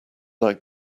like